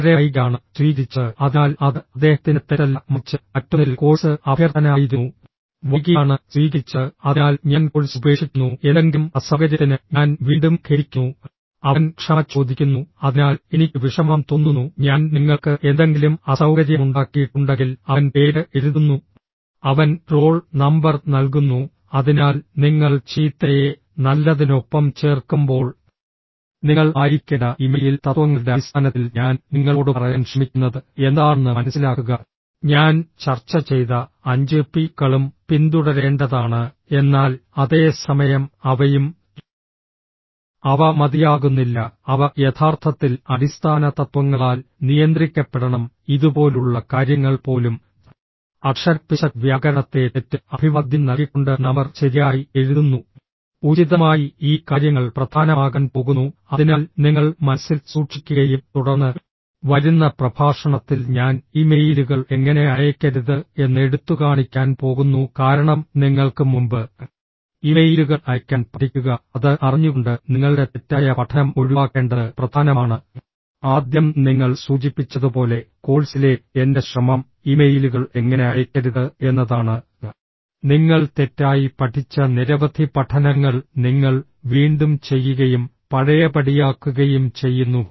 വളരെ വൈകിയാണ് സ്വീകരിച്ചത് അതിനാൽ അത് അദ്ദേഹത്തിന്റെ തെറ്റല്ല മറിച്ച് മറ്റൊന്നിൽ കോഴ്സ് അഭ്യർത്ഥന ആയിരുന്നു വൈകിയാണ് സ്വീകരിച്ചത് അതിനാൽ ഞാൻ കോഴ്സ് ഉപേക്ഷിക്കുന്നു എന്തെങ്കിലും അസൌകര്യത്തിന് ഞാൻ വീണ്ടും ഖേദിക്കുന്നു അവൻ ക്ഷമ ചോദിക്കുന്നു അതിനാൽ എനിക്ക് വിഷമം തോന്നുന്നു ഞാൻ നിങ്ങൾക്ക് എന്തെങ്കിലും അസൌകര്യമുണ്ടാക്കിയിട്ടുണ്ടെങ്കിൽ അവൻ പേര് എഴുതുന്നു അവൻ റോൾ നമ്പർ നൽകുന്നു അതിനാൽ നിങ്ങൾ ചീത്തയെ നല്ലതിനൊപ്പം ചേർക്കുമ്പോൾ നിങ്ങൾ ആയിരിക്കേണ്ട ഇമെയിൽ തത്വങ്ങളുടെ അടിസ്ഥാനത്തിൽ ഞാൻ നിങ്ങളോട് പറയാൻ ശ്രമിക്കുന്നത് എന്താണെന്ന് മനസ്സിലാക്കുക ഞാൻ ചർച്ച ചെയ്ത അഞ്ച് പി കളും പിന്തുടരേണ്ടതാണ് എന്നാൽ അതേ സമയം അവയും അവ മതിയാകുന്നില്ല അവ യഥാർത്ഥത്തിൽ അടിസ്ഥാന തത്വങ്ങളാൽ നിയന്ത്രിക്കപ്പെടണം ഇതുപോലുള്ള കാര്യങ്ങൾ പോലും അക്ഷരപ്പിശക് വ്യാകരണത്തിലെ തെറ്റ് അഭിവാദ്യം നൽകിക്കൊണ്ട് നമ്പർ ശരിയായി എഴുതുന്നു ഉചിതമായി ഈ കാര്യങ്ങൾ പ്രധാനമാകാൻ പോകുന്നു അതിനാൽ നിങ്ങൾ മനസ്സിൽ സൂക്ഷിക്കുകയും തുടർന്ന് വരുന്ന പ്രഭാഷണത്തിൽ ഞാൻ ഇമെയിലുകൾ എങ്ങനെ അയയ്ക്കരുത് എന്ന് എടുത്തുകാണിക്കാൻ പോകുന്നു കാരണം നിങ്ങൾക്ക് മുമ്പ് ഇമെയിലുകൾ അയയ്ക്കാൻ പഠിക്കുക അത് അറിഞ്ഞുകൊണ്ട് നിങ്ങളുടെ തെറ്റായ പഠനം ഒഴിവാക്കേണ്ടത് പ്രധാനമാണ് ആദ്യം നിങ്ങൾ സൂചിപ്പിച്ചതുപോലെ കോഴ്സിലെ എന്റെ ശ്രമം ഇമെയിലുകൾ എങ്ങനെ അയയ്ക്കരുത് എന്നതാണ് നിങ്ങൾ തെറ്റായി പഠിച്ച നിരവധി പഠനങ്ങൾ നിങ്ങൾ വീണ്ടും ചെയ്യുകയും പഴയപടിയാക്കുകയും ചെയ്യുന്നു